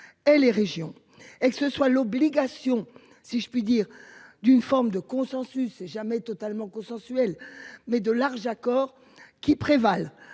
et les régions et que ce soit l'obligation si je puis dire, d'une forme de consensus jamais totalement consensuel mais de large accord qui prévalent